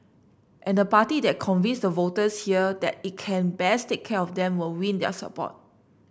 and the party that convinces the voters here that it can best take care of them will win their support